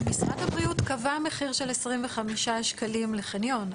אבל משרד הבריאות קבע מחיר של 25 שקלים לחניון,